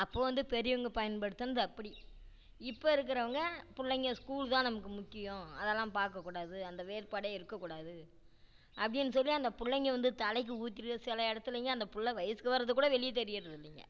அப்போது வந்து பெரியவங்க பயன்படுத்தினது அப்படி இப்போ இருக்கிறவங்க பிள்ளைங்க ஸ்கூல் தான் நமக்கு முக்கியம் அதெல்லாம் பார்க்கக்கூடாது அந்த வேறுபாடே இருக்கக்கூடாது அப்படின்னு சொல்லி அந்த பிள்ளைங்க வந்து தலைக்கு ஊத்திட்டு சில இடத்துலைங்க அந்த பிள்ள வயசுக்கு வர்றதுக்கூட வெளியில் தெரியுறதில்லிங்க